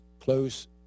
close